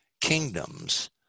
kingdoms